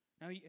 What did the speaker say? Now